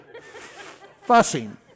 fussing